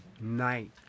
night